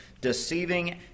deceiving